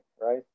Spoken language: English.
right